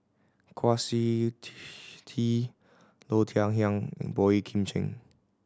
Kwa Siew Tee Low Thia Khiang and Boey Kim Cheng